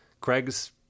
Craig's